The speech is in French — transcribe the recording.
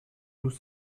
nous